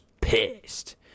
pissed